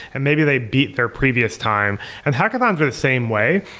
and maybe they beat their previous time and hackathons are the same way.